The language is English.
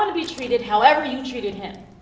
and be treated however you treated him.